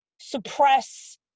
suppress